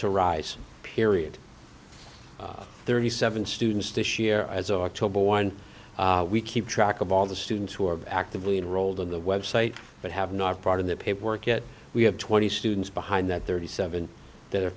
to rise period thirty seven students this year as our toba one we keep track of all the students who are actively unrolled on the website but have not part of the paper work yet we have twenty students behind that thirty seven that are